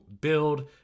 build